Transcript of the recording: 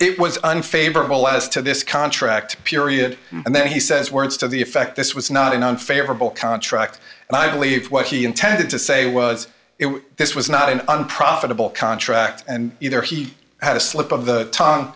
it was unfavorable as to this contract period and then he says words to the effect this was not an unfavorable contract and i believe what he intended to say was it this was not an unprofitable contract and either he had a slip of the to